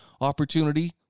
opportunity